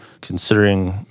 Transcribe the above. considering